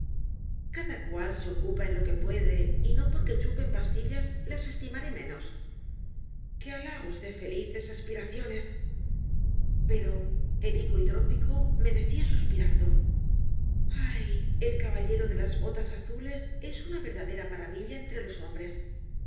cada cual se ocupa en lo que puede y no porque chupen pastillas las estimaré menos que alá os dé felices aspiraciones pero el el caballero de las botas azules higo hidrópico me decía suspirando ay el caballero de las botas azules es una verdadera maravilla entre los hombres